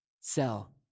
sell